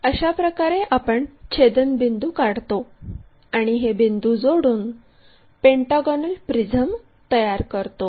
तर अशाप्रकारे आपण छेदनबिंदू काढतो आणि हे बिंदू जोडून पेंटागॉनल प्रिझम तयार करतो